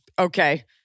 Okay